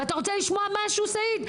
אתה רוצה לשמוע משהו, סאיד?